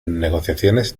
negociaciones